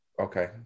Okay